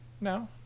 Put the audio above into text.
No